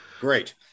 Great